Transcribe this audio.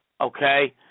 okay